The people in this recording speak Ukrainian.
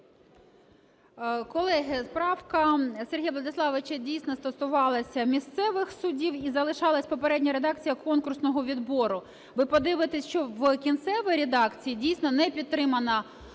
Колеги, правка Сергія Владиславовича дійсно стосувалася місцевих судів і залишалася попередня редакція конкурсного відбору. Ви подивитеся, що в кінцевій редакції дійсно не підтримана правка